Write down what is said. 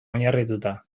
oinarrituta